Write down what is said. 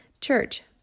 Church